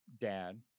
dad